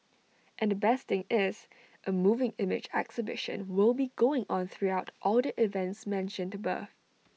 and the best thing is A moving image exhibition will be going on throughout all the events mentioned above